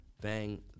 Bang